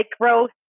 growth